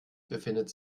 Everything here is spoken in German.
befindet